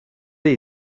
are